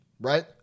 right